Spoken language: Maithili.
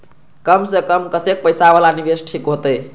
कम से कम कतेक पैसा वाला निवेश ठीक होते?